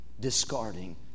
Discarding